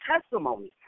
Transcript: testimony